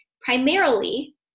Primarily